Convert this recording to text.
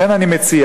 לכן אני מציע,